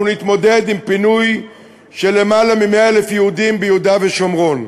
נתמודד עם פינוי של למעלה מ-100,000 יהודים ביהודה ושומרון.